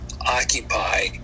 occupy